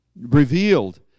revealed